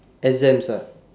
exams ah